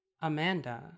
Amanda